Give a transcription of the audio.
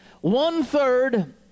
one-third